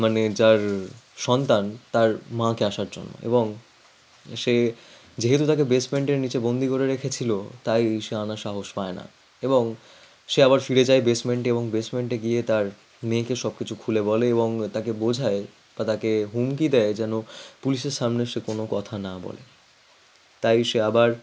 মানে যার সন্তান তার মাকে আসার জন্য এবং সে যেহেতু তাকে বেসমেন্টের নিচে বন্দী করে রেখেছিল তাই সে আনার সাহস পায় না এবং সে আবার ফিরে যায় বেসমেন্টে এবং বেসমেন্টে গিয়ে তার মেয়েকে সবকিছু খুলে বলে এবং তাকে বোঝায় বা তাকে হুমকি দেয় যেন পুলিশের সামনে সে কোনও কথা না বলে তাই সে আবার